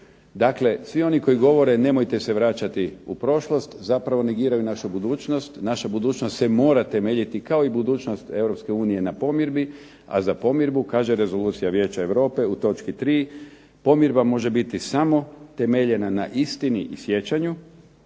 Dakle, svi oni koji govore nemojte se vraćati u prošlost, zapravo negiraju našu budućnost. Naša budućnost se mora temeljiti kao i budućnost Europske unije na pomirbi, a za pomirbu kaže rezolucija Vijeća Europe u točki 3. pomirba može biti samo temeljena na istini i sjećanju